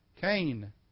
Cain